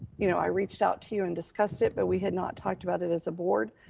you know, i reached out to you and discussed it, but we had not talked about it as a board.